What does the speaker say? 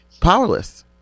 powerless